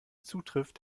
zutrifft